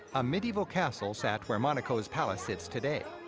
a medieval castle sat where monaco's palace sits today.